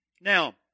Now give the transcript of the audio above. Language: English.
Now